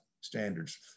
standards